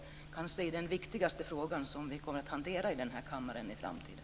Detta blir sedan kanske den viktigaste frågan som vi kommer att hantera i denna kammare i framtiden.